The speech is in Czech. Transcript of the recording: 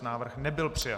Návrh nebyl přijat.